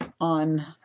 On